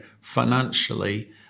financially